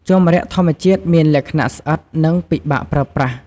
ជ័រម្រ័ក្សធម្មជាតិមានលក្ខណៈស្អិត និងពិបាកប្រើប្រាស់។